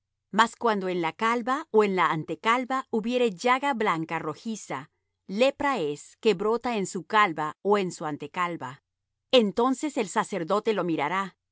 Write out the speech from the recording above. mas cuando en la calva ó en la antecalva hubiere llaga blanca rojiza lepra es que brota en su calva ó en su antecalva entonces el sacerdote lo mirará